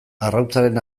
arrautzaren